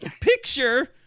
picture